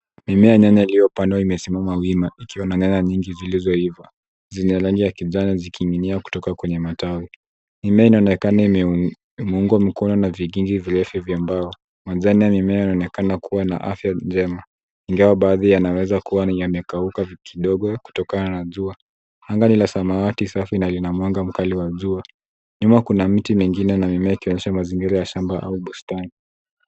Mimea ya nyanya iliyopandwa imesimama wima ikiwa na nyanya nyingi zilizoiva zenye rangi ya kijani zikininginia kutoka kwenye matawi. Mimea inaonekana imeungwa mikono na vigingi virefu vya mbao. Majani ya mimea yanaonekana kuwa na afya njema, ingawa baadhi yanaweza kuwa yamekauka kidogo kutokana na jua. Anga ni la samawati safi na lina mwanga mkali wa jua. Nyuma kuna miti mingine na mimea ikionyesha mazingira ya shamba au bustani.